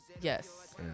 yes